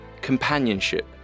companionship